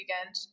weekend